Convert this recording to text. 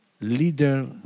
leader